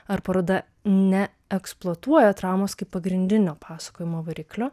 ar paroda neeksploatuoja traumos kaip pagrindinio pasakojimo variklio